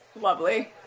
lovely